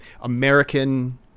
American